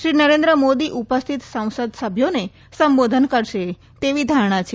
શ્રી નરેન્દ્ર મોદી ઉપસ્થિત સંસદસભ્યોને સંબોધન કરશે તેવી ધારણા છે